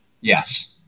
Yes